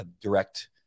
direct